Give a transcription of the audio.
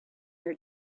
her